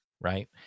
right